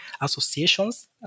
Associations